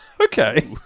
Okay